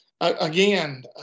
again